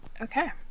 Okay